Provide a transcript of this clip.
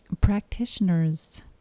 practitioners